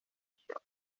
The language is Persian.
میشد